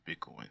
Bitcoin